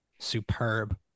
Superb